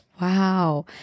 wow